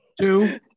Two